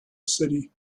city